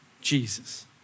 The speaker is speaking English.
Jesus